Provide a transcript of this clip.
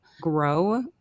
grow